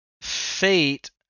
Fate